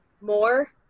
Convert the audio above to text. more